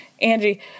Angie